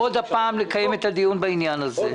נקרא עוד פעם לקיים את הדיון בעניין הזה.